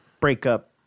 breakup